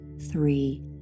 three